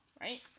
right